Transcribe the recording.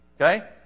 Okay